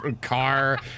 car